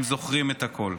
הם זוכרים את הכול.